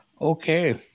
Okay